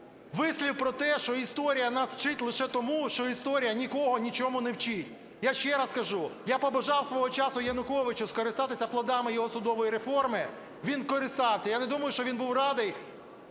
вислів про те, що історія нас вчить лише тому, що історія нікого нічому не вчить. Я ще раз кажу, я побажав свого часу Януковичу скористатися плодами його судової реформи. Він користався. Я не думаю, що він був радий